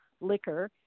liquor